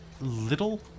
little